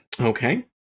Okay